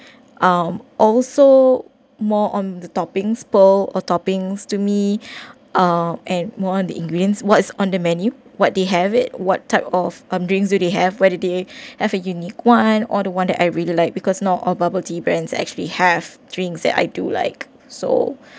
um also more on the toppings pearl or toppings to me ah and one of the ingredients what's on the menu what they have it what type of um drinks do they have where do they have a unique one or the one that I really like because not all bubble tea brands actually have drinks that I do like so